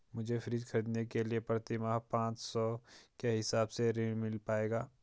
मुझे फ्रीज खरीदने के लिए प्रति माह पाँच सौ के हिसाब से ऋण मिल पाएगा?